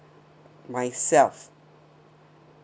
myself